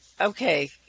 okay